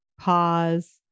pause